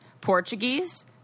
Portuguese